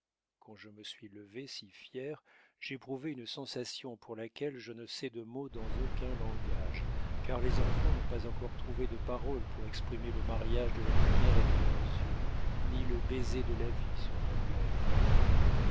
quand je me suis levée si fière j'éprouvais une sensation pour laquelle je ne sais de mot dans aucun langage car les enfants n'ont pas encore trouvé de parole pour exprimer le mariage de la lumière et de leurs yeux ni le baiser de la vie sur leurs lèvres